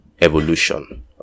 evolution